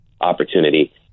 opportunity